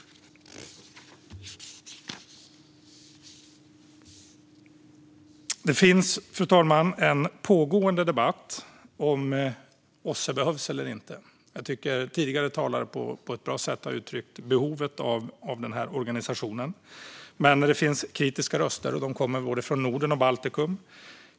Det finns, fru talman, en pågående debatt om huruvida OSSE behövs eller inte. Jag tycker att tidigare talare på ett bra sätt har uttryckt behovet av organisationen, men det finns kritiska röster från både Norden och Baltikum.